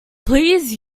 please